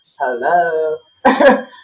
hello